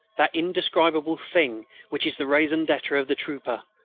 that indescribable thing which is the raison d'etre of the trooper,